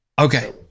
Okay